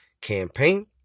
campaign